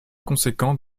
conséquent